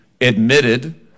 admitted